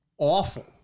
Awful